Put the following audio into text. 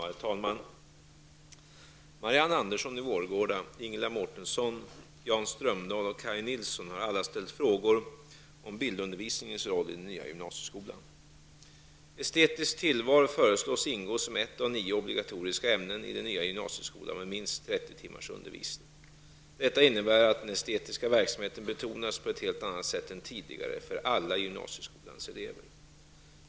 Herr talman! Marianne Andersson i Vårgårda, Ingela Mårtensson, Jan Strömdahl och Kaj Nilsson har alla ställt frågor om bildundervisningens roll i den nya gymnasieskolan. Estetiskt tillval föreslås ingå som ett av nio obligatoriska ämnen i den nya gymnasieskolan med minst 30 timmars undervisning. Detta innebär att den estetiska verksamheten betonas på ett helt annat sätt än tidigare för alla gymnasieskolans elever.